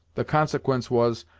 the consequence was,